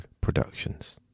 Productions